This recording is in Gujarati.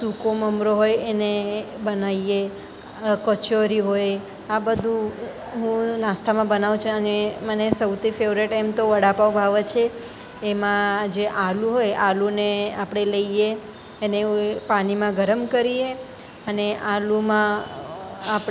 સૂકો મમરો હોય એને બનાવીએ કચોરી હોય આ બધું હું નાસ્તામાં બનાવું છું અને મને સૌથી ફેવરેટ એમ તો વડાપાઉં ભાવે છે એમાં જે આલુ હોય એ આલુ ને આપણે લઈએ એને પાણીમાં ગરમ કરીએ અને આલુમાં આપણે